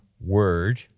word